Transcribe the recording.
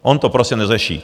On to prostě neřeší.